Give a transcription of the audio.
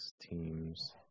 teams